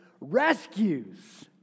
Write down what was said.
rescues